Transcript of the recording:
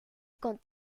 con